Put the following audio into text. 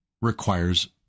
requires